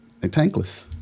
tankless